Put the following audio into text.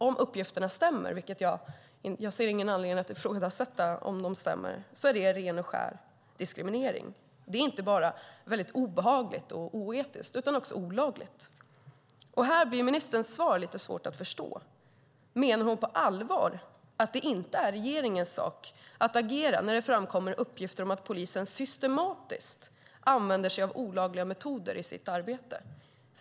Om uppgifterna stämmer - jag ser ingen anledning att ifrågasätta om de stämmer - är det ren och skär diskriminering. Det är inte bara väldigt obehagligt och oetiskt utan också olagligt. Och här blir ministerns svar lite svårt att förstå. Menar hon på allvar att det inte är regeringens sak att agera när det framkommer uppgifter om att polisen systematiskt använder sig av olagliga metoder i sitt arbete?